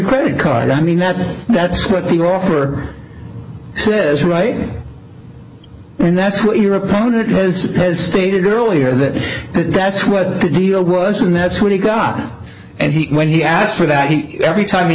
credit card i mean that that's what people offer it is right and that's what your opponent is has stated earlier that that's what the deal was and that's what he got and he when he asked for that he every time he